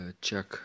check